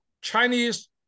Chinese